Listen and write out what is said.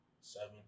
Seven